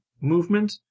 movement